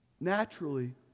Naturally